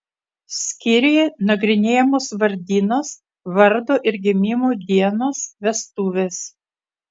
skyriuje nagrinėjamos vardynos vardo ir gimimo dienos vestuvės